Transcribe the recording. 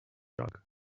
jug